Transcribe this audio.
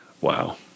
Wow